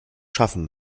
schaffen